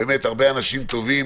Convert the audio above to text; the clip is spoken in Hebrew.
באמת, הרבה אנשים טובים